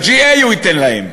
ב-GA הוא ייתן להם.